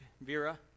Vera